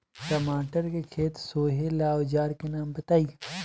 टमाटर के खेत सोहेला औजर के नाम बताई?